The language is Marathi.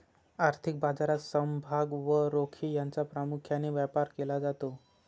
आर्थिक बाजारात समभाग व रोखे यांचा प्रामुख्याने व्यापार केला जातो